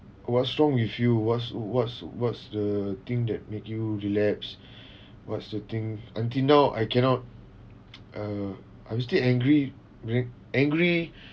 what's wrong with you what's what's what's the thing that make you relapse what's the thing until now I cannot uh I'm still angry very angry